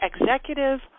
executive